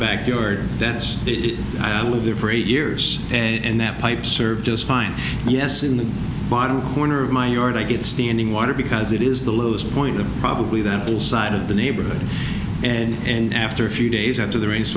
backyard fence if i were there for eight years and that pipe served just fine yes in the bottom corner of my yard i get standing water because it is the lowest point of probably that side of the neighborhood and and after a few days after the ra